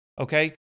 okay